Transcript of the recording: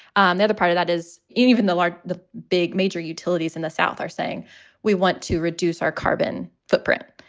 and the other part of that is even though the big major utilities in the south are saying we want to reduce our carbon footprint,